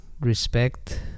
respect